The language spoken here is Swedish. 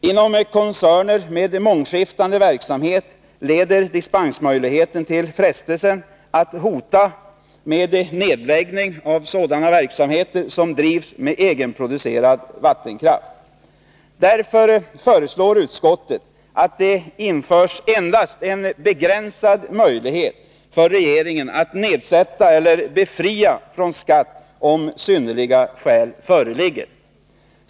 Inom koncerner med mångskiftande verksamhet leder dispensmöjligheten till frestelsen att hota med nedläggning av sådana verksamheter som drivs med egenproducerad vattenkraft. Därför föreslår utskottet att det införs endast en begränsad möjlighet för regeringen att nedsätta eller befria från skatt om synnerliga skäl föreligger.